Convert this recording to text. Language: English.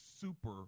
super